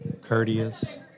courteous